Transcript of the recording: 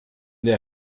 der